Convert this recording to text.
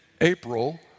April